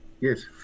yes